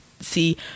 see